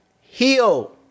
heal